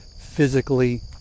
physically